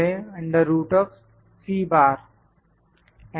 UCL enter